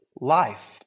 life